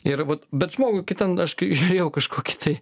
ir vat bet žmogui kitam aš kai žiūrėjau kažkokį tai